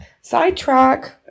Sidetrack